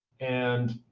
and